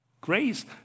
grace